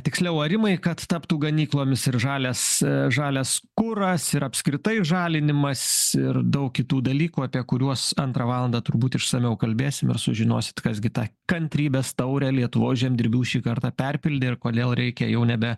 tiksliau arimai kad taptų ganyklomis ir žalias žalias kuras ir apskritai žalinimas ir daug kitų dalykų apie kuriuos antrą valandą turbūt išsamiau kalbėsim ir sužinosit kas gi tą kantrybės taurę lietuvos žemdirbių šį kartą perpildė ir kodėl reikia jau nebe